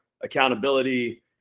accountability